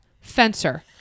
fencer